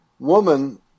woman